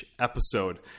episode